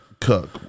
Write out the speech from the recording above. cook